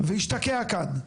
והשתקע כאן,